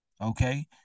Okay